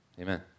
Amen